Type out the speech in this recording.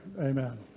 Amen